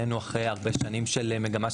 אלינו אחרי הרבה שנים של מגמה,